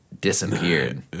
disappeared